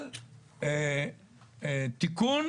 על תיקון